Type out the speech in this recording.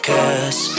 Cause